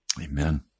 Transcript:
Amen